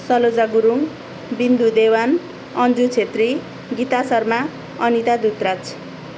Saluja Gurung Bindu Dewan Anju Chhetri Gita Sharma Anita Dutraj